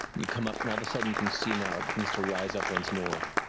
you come up, and all of a sudden you can see now, it begins to rise up once more,